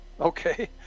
okay